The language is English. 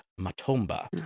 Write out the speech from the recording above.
Matomba